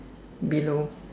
below